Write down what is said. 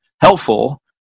helpful